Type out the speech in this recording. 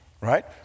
right